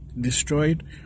destroyed